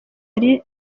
marie